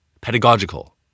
pedagogical